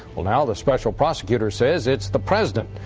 well, now the special prosecutor says it's the president.